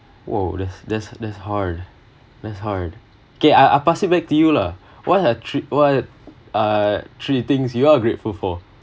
!whoa! that's that's that's hard that's hard okay I I pass it back to you lah what are three what are three things you are grateful for